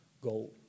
go